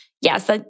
yes